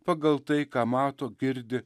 pagal tai ką mato girdi